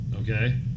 Okay